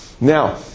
now